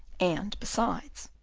and, besides,